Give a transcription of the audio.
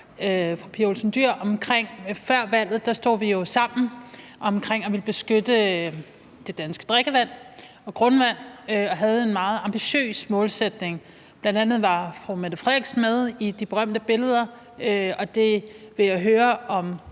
fru Pia Olsen Dyhr om noget: Før valget stod vi jo sammen om at ville beskytte det danske drikkevand og grundvand, og vi havde en meget ambitiøs målsætning, bl.a. var fru Mette Frederiksen med på de berømte billeder, og jeg vil høre, om